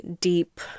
deep